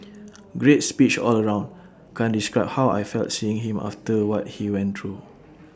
great speech all round can't describe how I felt seeing him after what he went through